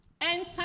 Enter